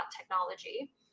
technology